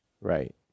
Right